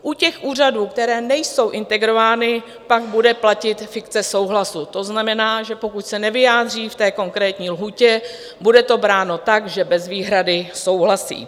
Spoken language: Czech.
U těch úřadů, které nejsou integrovány, pak bude platit fikce souhlasu, to znamená, že pokud se nevyjádří v té konkrétní lhůtě, bude to bráno tak, že bez výhrady souhlasí.